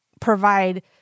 provide